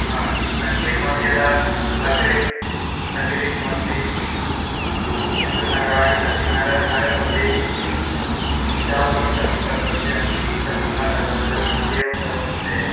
हा सङ्केतमाद् यथा अग्रे अग्रे किमस्ति किमं तु नगराणि सन्ति नगरं नगरमध्ये चालनं कथं कर्तव्यं कथं न कर्तव्यम् एवं सर्वं विषये